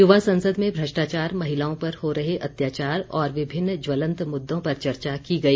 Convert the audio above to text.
युवा संसद में भ्रष्टाचार महिलाओं पर हो रहे अत्याचार और विभिन्न ज्वलंत मुद्दों पर चर्चा की गई